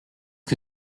que